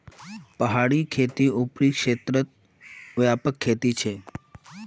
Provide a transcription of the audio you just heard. पहाड़ी खेती ऊपरी क्षेत्रत व्यापक खेती छे